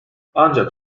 ancak